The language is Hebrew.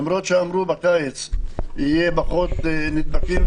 למרות שאמרו שבקיץ יהיו פחות נדבקים,